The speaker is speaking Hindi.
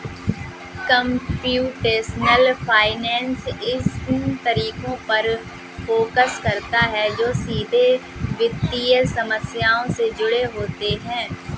कंप्यूटेशनल फाइनेंस इन तरीकों पर फोकस करता है जो सीधे वित्तीय समस्याओं से जुड़े होते हैं